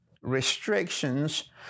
restrictions